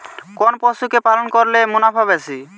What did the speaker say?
কোন পশু কে পালন করলে মুনাফা বেশি?